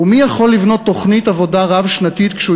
ומי יכול לבנות תוכנית עבודה רב-שנתית כשהוא